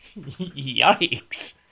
yikes